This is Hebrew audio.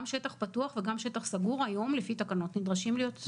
גם בשטח פתוח וגם בשטח סגור היום לפי התקנות נדרשים להיות עם מסכות.